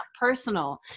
personal